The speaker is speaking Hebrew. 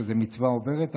שזה מצווה עוברת,